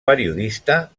periodista